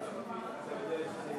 אדוני היושב-ראש,